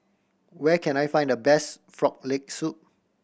where can I find the best Frog Leg Soup